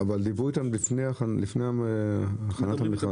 אבל דיברו איתם לפני הכנת המכרז?